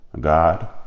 God